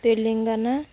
Telangana